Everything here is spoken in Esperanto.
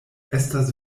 estas